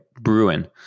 Bruin